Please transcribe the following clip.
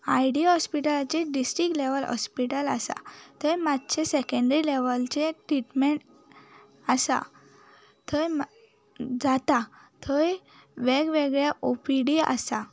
I D हॉस्पिटलाचे district level hospital आसा थंय मातशे सेकेंडरी लेवलचे ट्रिटमेंट आसा थंय म जाता थंय वेगवेगळे ओ पी डी आसा